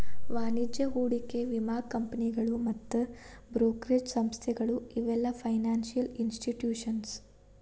ವಾಣಿಜ್ಯ ಹೂಡಿಕೆ ವಿಮಾ ಕಂಪನಿಗಳು ಮತ್ತ್ ಬ್ರೋಕರೇಜ್ ಸಂಸ್ಥೆಗಳು ಇವೆಲ್ಲ ಫೈನಾನ್ಸಿಯಲ್ ಇನ್ಸ್ಟಿಟ್ಯೂಷನ್ಸ್